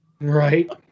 right